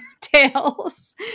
tales